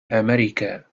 أمريكا